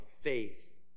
faith